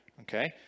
Okay